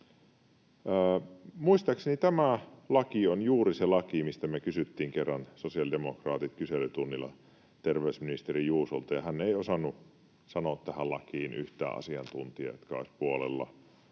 Muistaakseni tämä laki on juuri se laki, mistä me sosiaalidemokraatit kysyttiin kerran kyselytunnilla terveysministeri Juusolta, ja hän ei osannut sanoa tähän lakiin yhtään asiantuntijaa, jotka olisivat puolella.